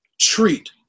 treat